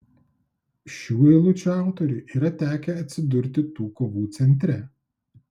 šių eilučių autoriui yra tekę atsidurti tų kovų centre